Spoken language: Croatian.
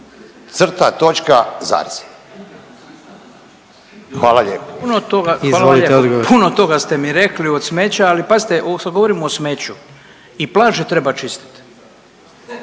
hvala vam lijepo, puno toga ste vi rekli od smeća, ali pazite sad govorimo o smeću i plaže treba čistiti.